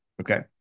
Okay